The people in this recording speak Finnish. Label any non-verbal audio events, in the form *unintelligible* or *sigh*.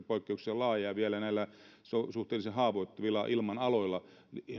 *unintelligible* poikkeuksellisen laaja ja vielä näillä suhteellisen haavoittuvilla ilmanaloilla